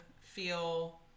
feel